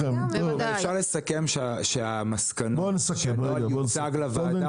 --- אפשר לסכם שהמסקנות יוצגו לוועדה,